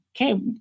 okay